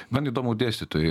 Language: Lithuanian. man įdomu dėstytojai